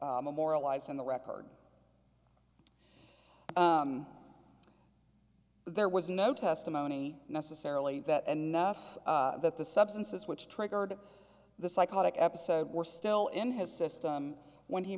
moralized on the record there was no testimony necessarily that enough that the substances which triggered the psychotic episode were still in his system when he